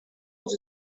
was